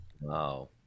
Wow